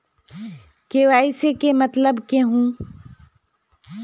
KYC के मतलब केहू?